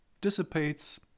dissipates